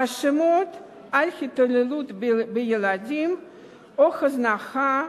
האשמות בהתעללות בילדים או הזנחה,